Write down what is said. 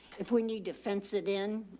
if we need to fence it in,